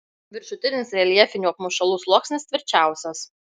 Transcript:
viršutinis reljefinių apmušalų sluoksnis tvirčiausias